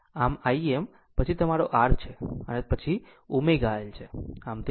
આમ Im પછી આ તમારો R છે અને આ તમારું ω L છે